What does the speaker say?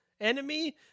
enemy